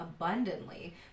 abundantly